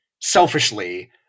selfishly